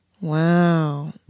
Wow